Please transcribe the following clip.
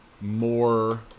more